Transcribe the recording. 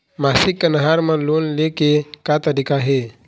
मासिक कन्हार म लोन ले के का तरीका हे?